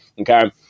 Okay